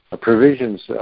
provisions